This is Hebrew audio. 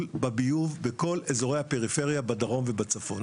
בביוב בכל אזורי הפריפריה בדרום ובצפון.